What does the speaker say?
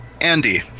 Andy